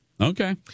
Okay